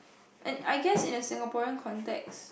and I guess in a Singaporean context